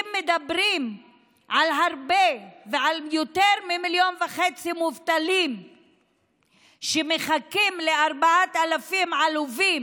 הייתם מדברים על יותר ממיליון וחצי מובטלים שמחכים ל-4,000 ש"ח עלובים